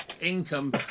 income